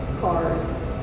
cars